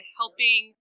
helping